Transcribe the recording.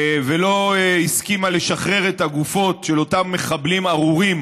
ולא הסכימה לשחרר את הגופות של אותם מחבלים ארורים